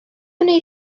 wnei